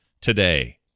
today